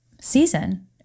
season